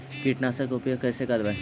कीटनाशक के उपयोग कैसे करबइ?